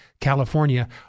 California